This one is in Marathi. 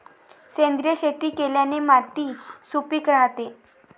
सेंद्रिय शेती केल्याने माती सुपीक राहते